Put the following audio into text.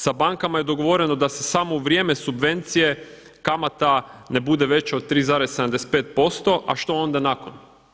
Sa bankama je dogovoreno da se samo u vrijeme subvencije kamata ne bude veća od 3,75%, a što onda nakon.